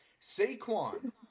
Saquon